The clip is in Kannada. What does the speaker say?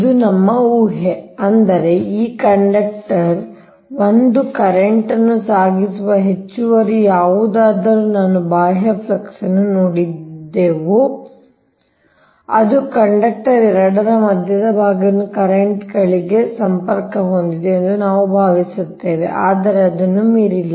ಇದು ನಮ್ಮ ಊಹೆ ಅಂದರೆ ಈ ಕಂಡಕ್ಟರ್ 1 ಕರೆಂಟ್ ನ್ನು ಸಾಗಿಸುವ ಹೆಚ್ಚುವರಿ ಯಾವುದಾದರೂ ನಾನು ಬಾಹ್ಯ ಫ್ಲಕ್ಸ್ ಅನ್ನು ನೋಡಿದೆವು ಅದು ಕಂಡಕ್ಟರ್ 2 ರ ಮಧ್ಯಭಾಗದವರೆಗಿನ ಕರೆಂಟ್ ಗಳಿಗೆ ಸಂಪರ್ಕ ಹೊಂದಿದೆ ಎಂದು ನಾವು ಭಾವಿಸುತ್ತೇವೆ ಆದರೆ ಅದನ್ನು ಮೀರಿಲ್ಲ